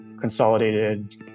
consolidated